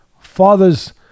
Father's